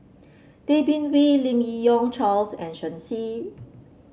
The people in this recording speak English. Tay Bin Wee Lim Yi Yong Charles and Shen Xi